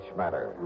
matter